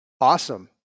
Awesome